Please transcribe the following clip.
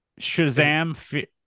Shazam